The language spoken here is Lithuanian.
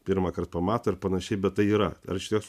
pirmąkart pamato ir panašiai bet tai yra ar iš tiesų